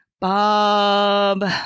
Bob